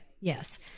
yes